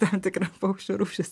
tam tikra paukščių rūšis